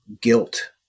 guilt